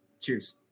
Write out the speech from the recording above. Cheers